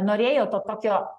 norėjo to tokio